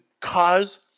cause